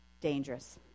Dangerous